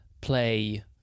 play